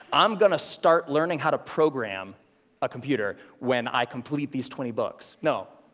i'm going to start learning how to program a computer when i complete these twenty books. no.